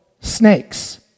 snakes